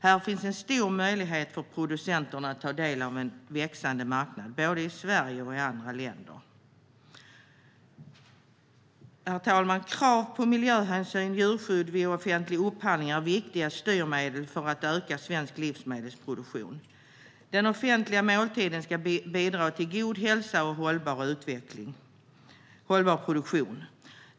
Här finns en stor möjlighet för producenterna att ta del av en växande marknad, både i Sverige och i andra länder. Herr talman! Krav på miljöhänsyn och djurskydd vid offentlig upphandling är viktiga styrmedel för att öka svensk livsmedelsproduktion. Den offentliga måltiden ska bidra till god hälsa och hållbar produktion.